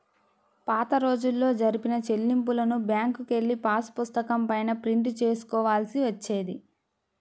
పాతరోజుల్లో జరిపిన చెల్లింపులను బ్యేంకుకెళ్ళి పాసుపుస్తకం పైన ప్రింట్ చేసుకోవాల్సి వచ్చేది